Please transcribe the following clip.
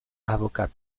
avocat